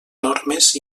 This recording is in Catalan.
normes